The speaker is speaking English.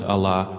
Allah